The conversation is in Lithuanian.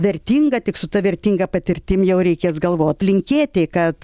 vertinga tik su ta vertinga patirtim jau reikės galvot linkėti kad